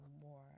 more